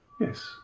Yes